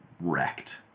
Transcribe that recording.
wrecked